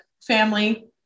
family